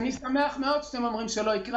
אני שמח מאוד שאתם אומרים שזה לא יקרה,